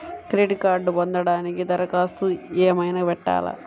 Credit కార్డ్ను పొందటానికి దరఖాస్తు ఏమయినా పెట్టాలా?